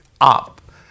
up